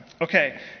Okay